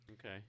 Okay